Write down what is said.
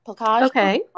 okay